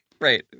right